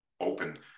open